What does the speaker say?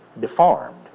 deformed